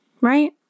Right